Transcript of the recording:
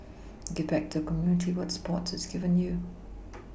give back to the community what sports has given you